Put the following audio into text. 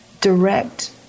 direct